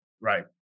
Right